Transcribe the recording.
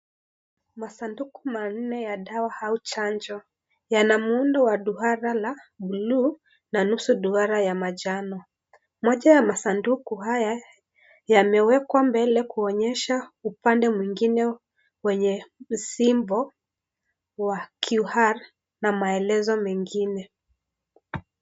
Masanduku manne ya dawa au chanjo, yana muundo wa duara la buluu na nusu duara ya manjano, moja ya masunduku haya yamewekwa mbele kuonyesha upande mwingine wenye msimbo wa QR na maelezo mengine.